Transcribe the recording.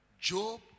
Job